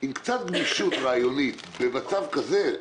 עם קצת גמישות רעיונית במצב כזה,